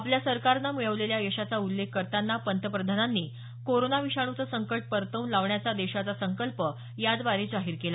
आपल्या सरकारनं मिळवलेल्या यशाचा उल्लेख करताना पंतप्रधानांनी कोरोना विषाणूचं संकट परतवून लावण्याचा देशाचा संकल्प याद्वारे जाहीर केला